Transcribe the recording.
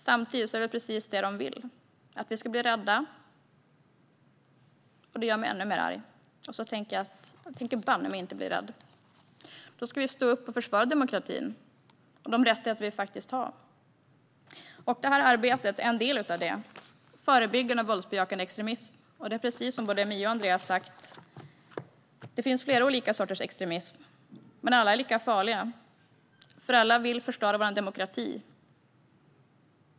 Samtidigt är det väl precis det de vill - att vi ska bli rädda - och det gör mig ännu argare. Jag tänker banne mig inte bli rädd. Vi ska stå upp och försvara demokratin och de rättigheter som vi har, och detta arbete för förebyggande av våldsbejakande extremism är en del av det. Precis som Mia Sydow Mölleby och Andreas Norlén har sagt finns det flera olika sorters extremism. Alla är dock lika farliga, för alla vill förstöra vår demokrati.